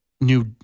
new